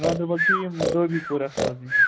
گانٛدَربَل چھِ یِم دوبی پوٗرا سوزٕنۍ